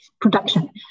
production